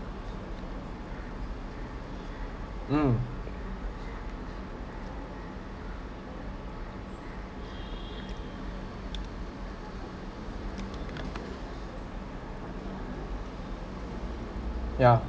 > mm yeah